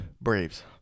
Braves